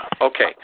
Okay